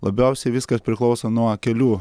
labiausiai viskas priklauso nuo kelių